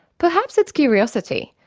perhaps its curiosity,